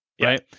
right